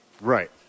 Right